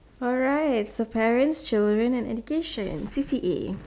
alright so parents children and education C_C_A